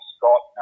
Scott